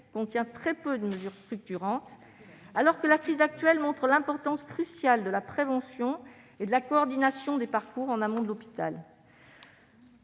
contient très peu de mesures structurantes, alors que la crise actuelle montre l'importance cruciale de la prévention et de la coordination des parcours en amont de l'hôpital.